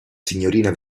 signorina